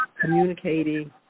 communicating